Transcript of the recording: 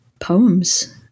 poems